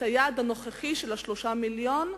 הנוכחי של 3 מיליונים,